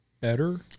better